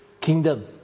kingdom